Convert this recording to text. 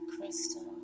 crystal